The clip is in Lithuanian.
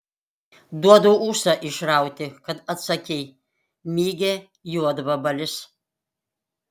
duodu ūsą išrauti kad atsakei mygia juodvabalis